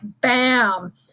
bam